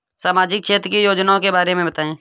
सामाजिक क्षेत्र की योजनाओं के बारे में बताएँ?